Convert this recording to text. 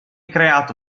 creato